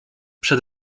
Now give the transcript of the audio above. przed